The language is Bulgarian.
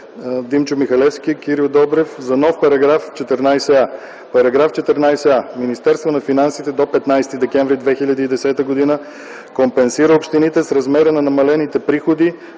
Димчо Михалевски и Кирил Добрев за нов § 14а: „§ 14а. Министерството на финансите до 15 декември 2010 г. компенсира общините с размера на намалените приходи,